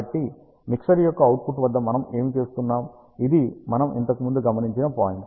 కాబట్టి మిక్సర్ యొక్క అవుట్పుట్ వద్ద మనం ఏమి చేస్తున్నాం ఇది మనం ఇంతకుముందు గమనించిన పాయింట్